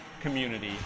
community